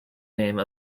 name